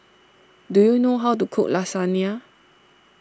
do you know how to cook Lasagna